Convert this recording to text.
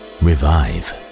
Revive